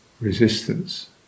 resistance